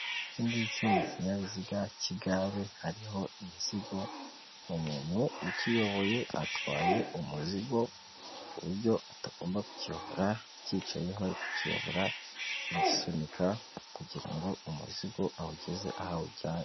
Iki ngiki ni ikinyabiziga cy'igare, hariho imizigo, umuntu ukiyoboye atwaye umuzigo ku buryo atagomba kukiyobora acyicayeho, ari kukiyobora agisunika kugira ngo umuzigo awugeze aho awujyanye.